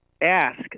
ask